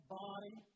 body